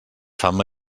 fama